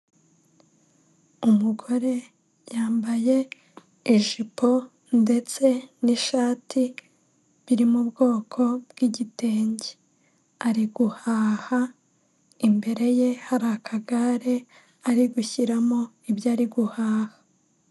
Umugore yambaye ijipo ndetse n'ishati biri mu bwoko bw'igitenge ari guhaha imbere ye hari akagare ari gushyiramo ibyo ari guhaha.